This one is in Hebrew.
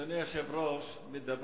כספים